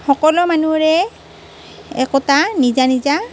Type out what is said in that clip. সকলো মানুহৰে একোটা নিজা নিজা